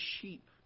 sheep